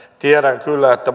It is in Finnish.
tiedän kyllä että